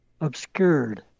obscured